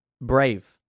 brave